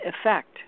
effect